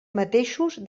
mateixos